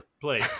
play